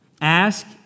Ask